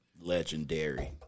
Legendary